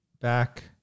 back